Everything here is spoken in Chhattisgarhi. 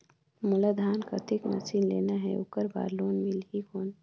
मोला धान कतेक मशीन लेना हे ओकर बार लोन मिलही कौन?